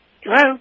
Hello